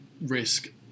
risk